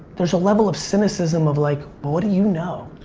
there's a level of cynicism of like but what do you know?